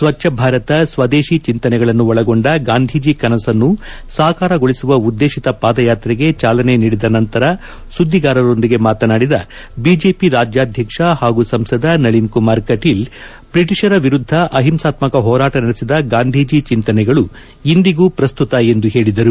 ಸ್ವಚ್ನ ಭಾರತ ಸ್ವದೇಶಿ ಚಿಂತನೆಗಳನ್ನು ಒಳಗೊಂಡ ಗಾಧೀಜಿ ಕನಸನ್ನು ಸಾಕಾರಗೊಳಿಸುವ ಉದ್ದೇಶಿತ ಪಾದಯಾತ್ರೆಗೆ ಚಾಲನೆ ನೀಡಿದ ನಂತರ ಸುದ್ದಿಗಾರರೊಂದಿಗೆ ಮಾತನಾಡಿದ ಬಿಜೆಪಿ ರಾಜ್ಯಾಧ್ಯಕ್ಷ ಹಾಗೂ ಸಂಸದ ನಳನ್ ಕುಮಾರ್ ಕಟೀಲ್ ಬ್ರಟಿಷರ ವಿರುದ್ದ ಅಹಿಂಸಾತ್ಕಕ ಹೋರಾಟ ನಡೆಸಿದ ಗಾಂಧೀಜೆ ಚಿಂತನೆಗಳು ಇಂದಿಗೂ ಪ್ರಸ್ತುತ ಎಂದು ಹೇಳಿದರು